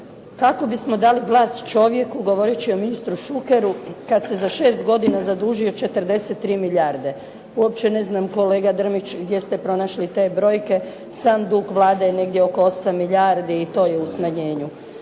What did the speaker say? "kako bismo dali glas čovjeku govoreći o ministru Šukeru kad se za 6 godina zadužio 43 milijarde?" Uopće ne znam kolega Drmić gdje ste pronašli te brojke, sam dug Vlade je negdje oko 8 milijardi i to je u smanjenju.